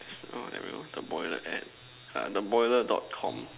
there we go the boiler at uh the boiler dot com